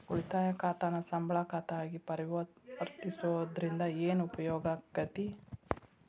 ಉಳಿತಾಯ ಖಾತಾನ ಸಂಬಳ ಖಾತಾ ಆಗಿ ಪರಿವರ್ತಿಸೊದ್ರಿಂದಾ ಏನ ಉಪಯೋಗಾಕ್ಕೇತಿ?